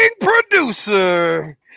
producer